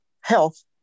health